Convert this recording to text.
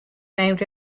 named